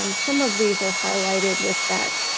um some of these are highlighted with that